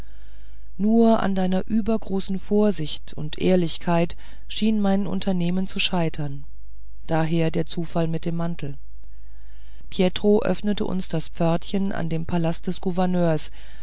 nur an deiner übergroßen vorsicht und ehrlichkeit schien mein unternehmen zu scheitern daher der zufall mit dem mantel pietro öffnete uns das pförtchen an dem palast des gouverneurs